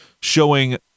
showing